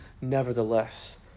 nevertheless